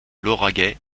lauragais